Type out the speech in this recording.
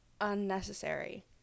unnecessary